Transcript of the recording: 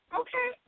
okay